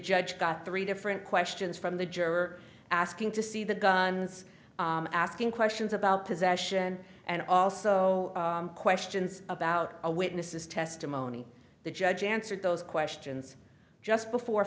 judge got three different questions from the juror asking to see the guns asking questions about possession and also questions about a witness's testimony the judge answered those questions just before